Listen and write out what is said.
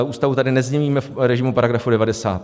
Ústavu tady nezměníme v režimu § 90.